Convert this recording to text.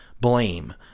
blame